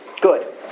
Good